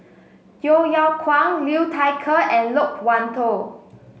Yeo Yeow Kwang Liu Thai Ker and Loke Wan Tho